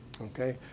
okay